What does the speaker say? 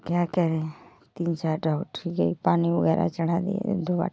क्या करें तीन चार डॉक्टर गई पानी वगैरह चढ़ा दिए दो बार